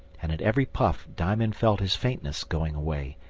and at every puff diamond felt his faintness going away,